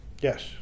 Yes